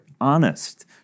honest